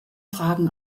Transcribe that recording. fragen